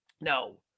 No